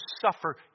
suffer